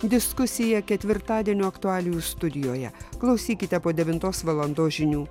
diskusija ketvirtadienio aktualijų studijoje klausykite po devintos valandos žinių